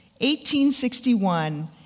1861